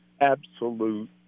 absolute